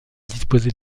disposer